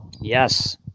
Yes